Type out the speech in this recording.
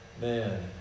Man